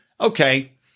okay